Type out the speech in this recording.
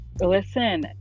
listen